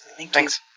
Thanks